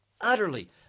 utterly